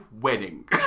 wedding